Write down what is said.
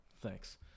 thanks